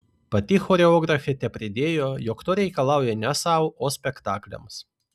pati choreografė tepridėjo jog to reikalauja ne sau o spektakliams